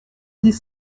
dix